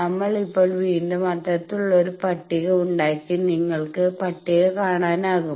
നമ്മൾ ഇപ്പോൾ വീണ്ടും അത്തരത്തിലുള്ള ഒരു പട്ടിക ഉണ്ടാക്കി നിങ്ങൾക്ക് പട്ടിക കാണാനാകും